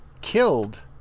killed